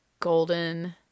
golden